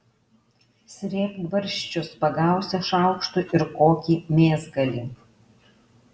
srėbk barščius pagausi šaukštu ir kokį mėsgalį